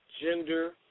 gender